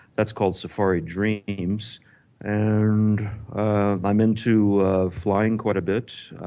that's called safari dreams and i'm into flying quite a bit